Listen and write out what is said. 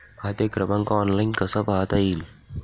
खाते क्रमांक ऑनलाइन कसा पाहता येईल?